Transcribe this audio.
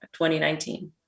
2019